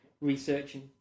researching